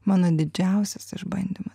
mano didžiausias išbandymas